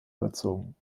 überzogen